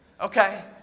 Okay